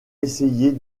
essayer